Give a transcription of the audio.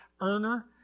earner